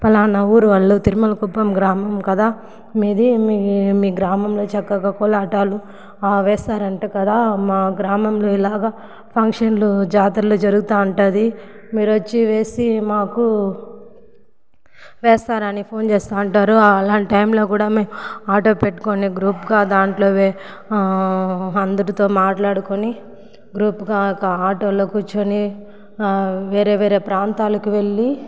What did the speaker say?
పలానా ఊరు వాళ్ళు తిరుమల కుప్పం గ్రామం కదా మీది మీ మీ గ్రామంలో చక్కగా కోలాటాలు వేస్తారంట కదా మా గ్రామంలో ఇలాగా ఫంక్షన్లు జాతరలు జరుగుతూ ఉంటుంది మీరు వచ్చి వేసి మాకు వేస్తారని ఫోన్ చేస్తూ ఉంటారు అలాంటి టైంలో కూడా మేము ఆటో పెట్టుకొని గ్రూప్గా దాంట్లో అందరితో మాట్లాడుకుని గ్రూపుగా ఒక ఆటోలో కూర్చుని వేరే వేరే ప్రాంతాలకు వెళ్లి